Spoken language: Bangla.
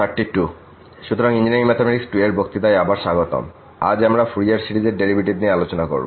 সুতরাং ইঞ্জিনিয়ারিং ম্যাথমেটিক্স 2 এর বক্তৃতায় আবার স্বাগতম এবং আজ আমরা ফুরিয়ার সিরিজের ডেরিভেটিভ নিয়ে আলোচোনা করবো